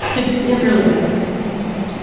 it it really does. it's like,